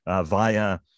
via